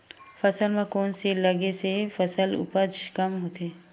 फसल म कोन से लगे से फसल उपज कम होथे?